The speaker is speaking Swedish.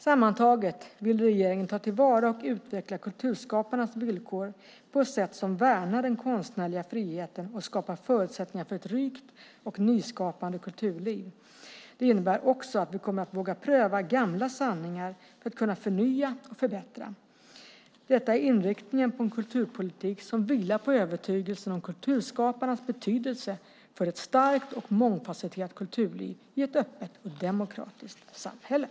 Sammantaget vill regeringen ta till vara och utveckla kulturskaparnas villkor på ett sätt som värnar den konstnärliga friheten och skapar förutsättningar för ett rikt och nyskapande kulturliv. Det innebär att vi också kommer att våga pröva gamla sanningar för att kunna förnya och förbättra. Detta är inriktningen på en kulturpolitik som vilar på övertygelsen om kulturskaparnas betydelse för ett starkt och mångfasetterat kulturliv i ett öppet och demokratiskt samhälle.